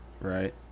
Right